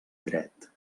dret